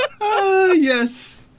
Yes